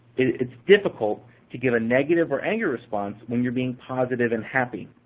it's difficult to give a negative or anger response when you're being positive and happy.